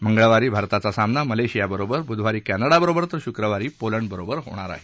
मंगळवारी भारताचा सामना मलेशियाबरोबर बुधवारी कॅनडाबरोबर तर शुक्रवारी पोलंडबरोबर होणार आहे